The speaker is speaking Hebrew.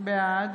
בעד